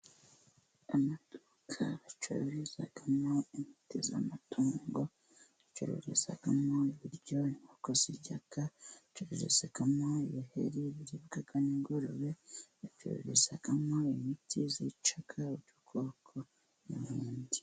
Amaduka acururizwamo imiiti y'amatungo, bacururizamo ibiryo inkoko zirya, bacururizamo ibiheri biribwa n'ingurube, bacururizamo imiti yica udukoko n'uburenge.